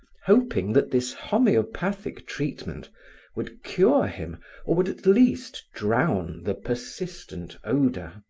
hoping that this homeopathic treatment would cure him or would at least drown the persistent odor.